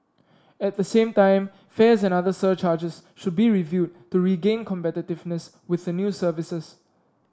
at the same time fares and other surcharges should be reviewed to regain competitiveness with the new services